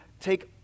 take